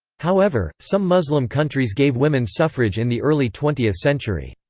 however, some muslim countries gave women suffrage in the early twentieth century.